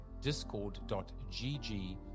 discord.gg